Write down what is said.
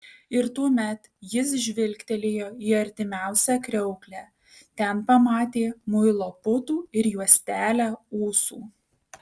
ir tuomet jis žvilgtelėjo į artimiausią kriauklę ten pamatė muilo putų ir juostelę ūsų